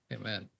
Amen